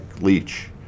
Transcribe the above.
Leach